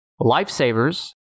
Lifesavers